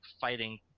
fighting